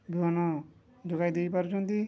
ବିହନ ଯୋଗାଇ ଦେଇପାରୁଛନ୍ତି